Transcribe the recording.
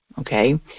Okay